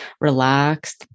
relaxed